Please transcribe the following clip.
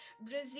Brazil